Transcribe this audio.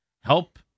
help